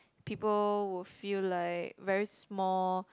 people would feel like very small